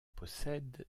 possède